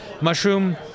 mushroom